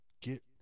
get